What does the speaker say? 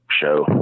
show